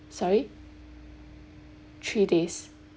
sorry three days